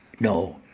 no,